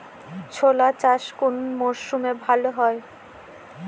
ছোলা চাষ কোন মরশুমে ভালো হয়?